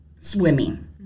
swimming